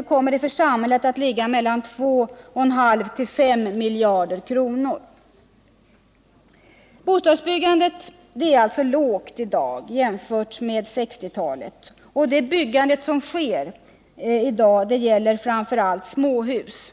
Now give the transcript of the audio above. — kommer att ligga på 2,5-5 miljarder kronor. Bostadsbyggandet i dag är lågt jämfört med 1960-talet, och det byggande som sker f. n. gäller framför allt småhus.